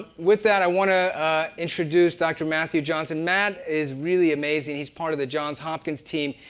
with that, i wanna introduce dr. matthew johnson. matt is really amazing. he's part of the johns hopkins' team,